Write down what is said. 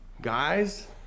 Guys